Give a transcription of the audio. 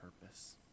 purpose